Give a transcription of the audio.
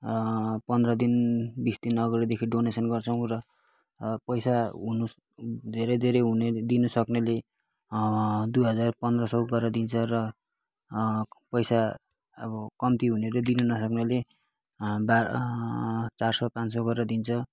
पन्ध्र दिन बिस दिन आगाडिदेखि डोनेसन गर्छौँ र पैसा हुने धेरै धेरै हुने दिन सक्नेले दुई हजार पन्ध्र सौ गरेर दिन्छ र पैसा अब कम्ती हुनेले दिन नसक्नेले बाह्र चार सौ पाँच सौ गरेर दिन्छ